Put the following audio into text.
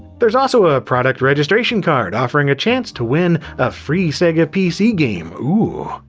there's also a product registration card offering a chance to win a free sega pc game, ooh.